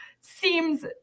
seems